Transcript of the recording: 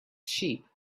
sheep